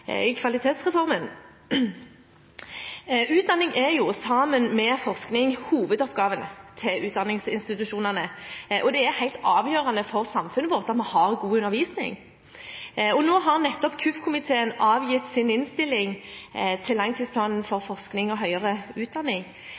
i Kvalitetsreformen. Utdanning er sammen med forskning hovedoppgavene til utdanningsinstitusjonene, og det er helt avgjørende for samfunnet vårt at vi har god undervisning. Nå har nettopp kirke-, utdannings- og forskningskomiteen avgitt sin innstilling til langtidsplanen for forskning og høyere utdanning.